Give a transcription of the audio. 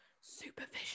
Supervision